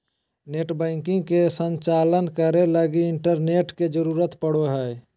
net banking के संचालन करे लगी इंटरनेट के जरुरत पड़ो हइ